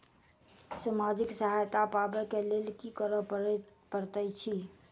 सामाजिक सहायता पाबै केँ लेल की करऽ पड़तै छी?